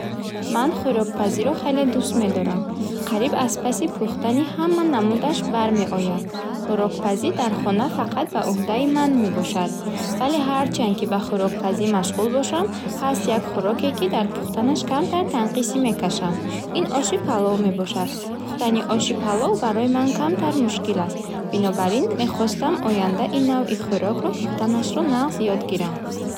Ман хӯрокпазиро хеле дуст медорам. Қариб аз паси пухтани ҳама намудаш бар меоям. Хӯрокпазӣ дар хона факат ба уҳдаи ман мебошад. Вале ҳарчанд, ки ба хӯрокпази машғул бошам, ҳаст як хӯроке, ки дар пухтанаш камтар танқисӣ мекашам. Иш оши палов мебошад. Пухтани оши палов барои ман камтар мушкил аст. Бинобар ин мехостам оянда ин навъи хӯрокро пухтанашро нағз ёд гирам.